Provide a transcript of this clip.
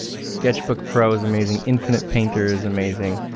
sketchbook pro is amazing, infinite painter is amazing.